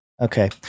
Okay